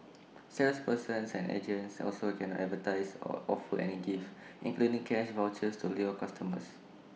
salespersons and agents also cannot advertise or offer any gifts including cash vouchers to lure customers